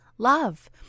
Love